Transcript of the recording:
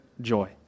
joy